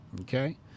Okay